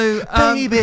baby